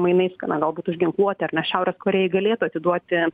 mainais galbūt už ginkluotę ar ne šiaurės korėjai galėtų atiduoti